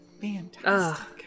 Fantastic